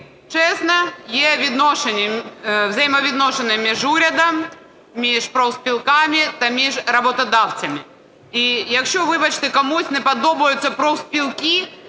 чесні є взаємовідносини між урядом, між профспілками та між роботодавцями. І якщо, вибачте, комусь не подобаються профспілки,